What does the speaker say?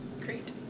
Great